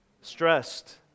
stressed